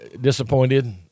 disappointed